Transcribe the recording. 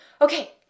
Okay